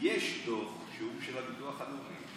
יש דוח שהוא של הביטוח הלאומי,